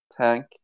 tank